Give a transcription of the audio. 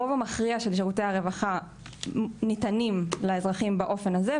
הרוב המכריע של שירותי הרווחה ניתנים לאזרחים באופן הזה,